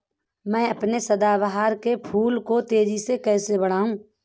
मैं अपने सदाबहार के फूल को तेजी से कैसे बढाऊं?